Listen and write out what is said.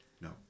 No